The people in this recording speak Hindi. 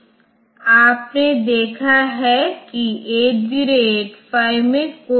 दूसरी ओर यदि आप स्रोत ऋण 1 लेते हैं जो आप इस गुणन ऋण 1 को 18 से गुणा करने की कोशिश करते हैं तो ऋण 1 के लिए सभी बिट्स 1 होते हैं